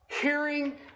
Hearing